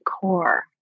core